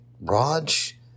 Raj